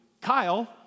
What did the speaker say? Kyle